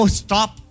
stop